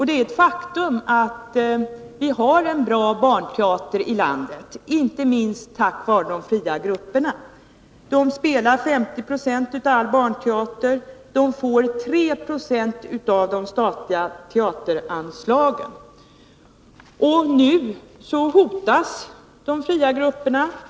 Det är ett faktum att vi har en bra barnteater i landet, inte minst tack vare de fria grupperna. De spelar 50 90 av all barnteater. De får 3 70 av de statliga teateranslagen. Och nu hotas de fria grupperna.